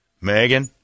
Megan